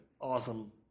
Awesome